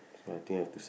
so I think